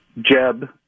Jeb